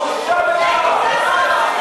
בושה וחרפה.